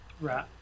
Right